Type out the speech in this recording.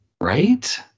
Right